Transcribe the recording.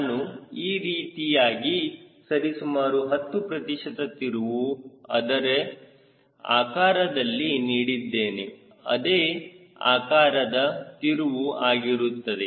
ನಾನು ಈ ರೀತಿಯಾಗಿ ಸರಿಸುಮಾರು 10 ಪ್ರತಿಶತ ತಿರುವು ಅದರ ಆಕಾರದಲ್ಲಿ ನೀಡಿದ್ದೇನೆ ಅದೇ ಆಕಾರದ ತಿರುವು ಆಗಿರುತ್ತದೆ